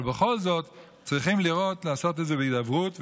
אבל בכל זאת צריך לעשות את זה בהידברות,